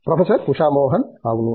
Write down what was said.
professor Usha Mohan అవును